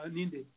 Ninde